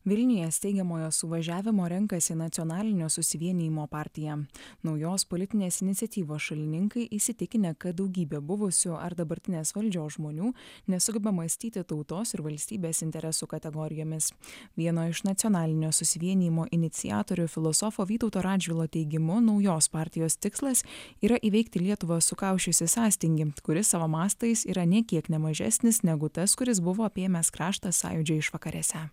vilniuje steigiamojo suvažiavimo renkasi į nacionalinio susivienijimo partiją naujos politinės iniciatyvos šalininkai įsitikinę kad daugybė buvusių ar dabartinės valdžios žmonių nesugeba mąstyti tautos ir valstybės interesų kategorijomis vieno iš nacionalinio susivienijimo iniciatorių filosofo vytauto radžvilo teigimu naujos partijos tikslas yra įveikti lietuvą sukausčiusį sąstingį kuris savo mastais yra nė kiek ne mažesnis negu tas kuris buvo apėmęs kraštą sąjūdžio išvakarėse